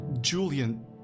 Julian